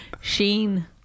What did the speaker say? Sheen